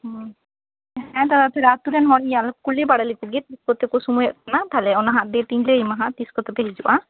ᱦᱮᱸ ᱦᱮᱸ ᱫᱟᱫᱟ ᱛᱟᱦᱞᱮ ᱟᱛᱩᱨᱮᱱ ᱦᱚᱲ ᱤᱧ ᱠᱩᱞᱤ ᱵᱟᱲᱟ ᱞᱮᱠᱚ ᱜᱮ ᱛᱤᱥ ᱠᱚ ᱛᱮ ᱥᱩᱢᱟᱹᱭᱚᱜ ᱠᱟᱱᱟ ᱛᱟᱦᱞᱮ ᱚᱱᱟ ᱦᱟᱸᱜ ᱰᱮᱴ ᱤᱧ ᱞᱟᱹᱭ ᱟᱢᱟ ᱛᱤᱥ ᱠᱚᱛᱮ ᱯᱮ ᱦᱤᱡᱩᱜᱼᱟ